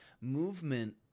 Movement